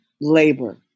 labor